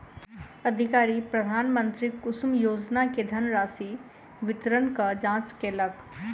अधिकारी प्रधानमंत्री कुसुम योजना के धनराशि वितरणक जांच केलक